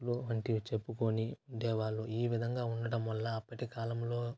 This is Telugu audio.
కథలు వంటివి చెప్పుకోని ఉండేవాళ్ళు ఈ విధంగా ఉండడం వల్ల అప్పటి కాలంలో